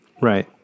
Right